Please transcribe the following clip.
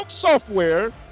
Software